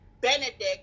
benedict